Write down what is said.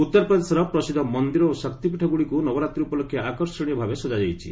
ଉତ୍ତରପ୍ରଦେଶର ପ୍ରସିଦ୍ଧ ମନ୍ଦିର ଓ ଶକ୍ତିପୀଠଗୁଡ଼ିକୁ ନବରାତ୍ରି ଉପଲକ୍ଷେ ଆକର୍ଷଣୀୟ ଭାବେ ସଜାଯାଇଛି